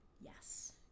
Yes